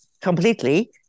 completely